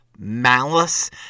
malice